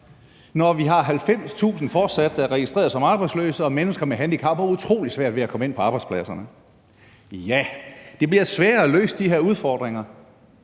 fortsat har 90.000, der er registreret som arbejdsløse, og når mennesker med handicap har utrolig svært ved at komme ind på arbejdspladserne? Ja, det bliver svært at løse de her udfordringer,